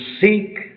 seek